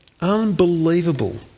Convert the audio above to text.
Unbelievable